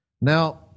Now